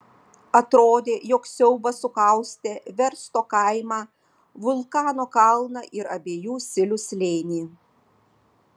atrodė jog siaubas sukaustė versto kaimą vulkano kalną ir abiejų silių slėnį